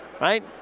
right